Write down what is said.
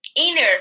inner